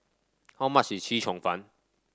how much is Chee Cheong Fun